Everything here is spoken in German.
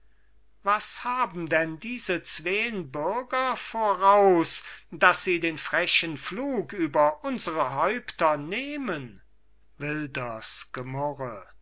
was haben denn diese zween bürger voraus daß sie den frechen flug über unsere häupter nehmen